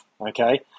Okay